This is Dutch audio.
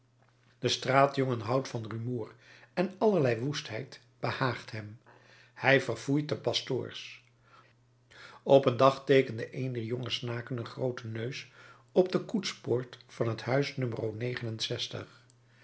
de straatjongen houdt van rumoer en allerlei woestheid behaagt hem hij verfoeit de pastoors op een dag teekende een dier jonge snaken een grooten neus op de koetspoort van het huis